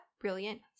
brilliant